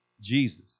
Jesus